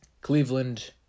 Cleveland